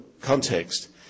context